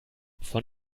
von